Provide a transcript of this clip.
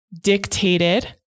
dictated